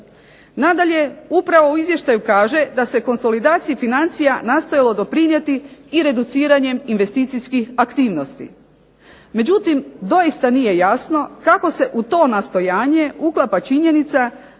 Nadalje, upravo u Izvještaju kaže da se konsolidaciji financija nastojalo doprinijeti i reduciranjem investicijskih aktivnosti. Međutim, doista nije jasno kako se u to nastojanje uklapa činjenica